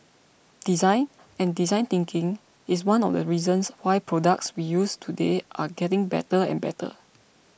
design and design thinking is one of the reasons why products we use today are getting better and better